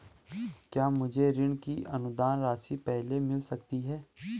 क्या मुझे ऋण की अनुदान राशि पहले मिल सकती है?